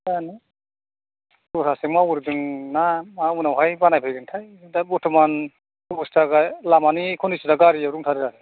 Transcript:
जानो दस्रासो मावग्रोदों ना मा उनावहाय बानायफैगोनथाय दा बर्ट'मान अबस्था लामानि कन्डिशना गाज्रियाव दंथारो